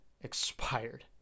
expired